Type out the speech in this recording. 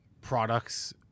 products